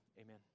amen